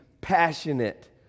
passionate